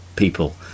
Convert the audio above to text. people